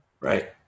right